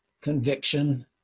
conviction